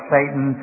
Satan